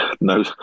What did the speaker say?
no